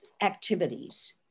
activities